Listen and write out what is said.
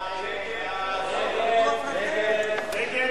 ההצעה להסיר מסדר-היום